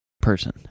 person